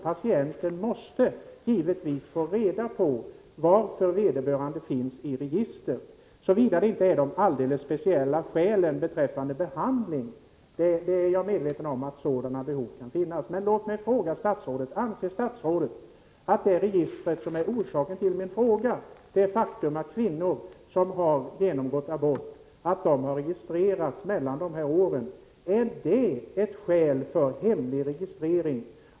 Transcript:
Patienten måste givetvis få reda på varför han eller hon har införts i ett register, såvida inte alldeles speciella skäl när det gäller behandling föreligger — jag är medveten om att sådana behov kan finnas. Men låt mig fråga statsrådet: Anser statsrådet att det är ett skäl för hemlig registrering att kvinnor genomgått abort under de år som det register som föranlett min fråga omfattar?